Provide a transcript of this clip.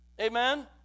Amen